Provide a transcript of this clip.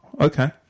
Okay